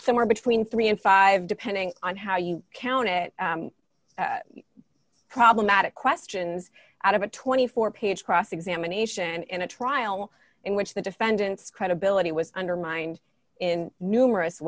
somewhere between three and five depending on how you count it problematic questions out of a twenty four page cross examination in a trial in which the defendant's credibility was undermined in numerous